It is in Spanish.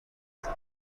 mundo